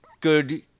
good